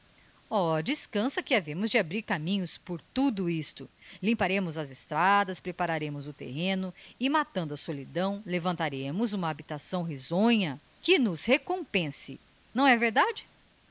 descança que havemos de abrir caminhos por tudo isto limparemos as estradas prepararemos o terreno e matando a solidão levantaremos uma habitação risonha que nos recompense não é verdade